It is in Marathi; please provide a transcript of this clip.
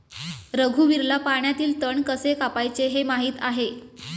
रघुवीरला पाण्यातील तण कसे कापायचे हे माहित आहे